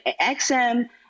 XM